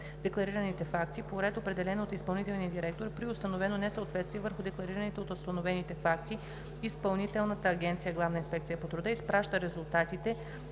декларираните факти по ред, определен от изпълнителния директор. При установено несъответствие между декларираните и установените факти Изпълнителната агенция „Главна инспекция по труда" изпраща резултатите